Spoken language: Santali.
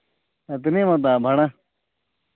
ᱛᱤᱱᱟᱹᱜ ᱮᱢ ᱦᱟᱛᱟᱣᱟ ᱵᱷᱟᱲᱟ